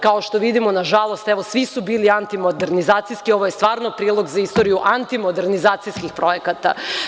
Kao što vidimo, nažalost, evo, svi su bili antimodernizacijski, ovo je stvarno prilog za istoriju antimodernizacijskih projekata.